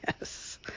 Yes